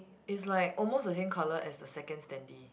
it's like almost the same colour as the second standee